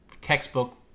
textbook